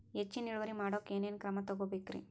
ಹೆಚ್ಚಿನ್ ಇಳುವರಿ ಮಾಡೋಕ್ ಏನ್ ಏನ್ ಕ್ರಮ ತೇಗೋಬೇಕ್ರಿ?